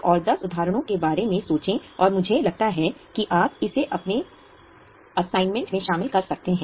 एक और 10 उदाहरणों के बारे में सोचें और मुझे लगता है कि आप इसे अपने असाइनमेंट में शामिल कर सकते हैं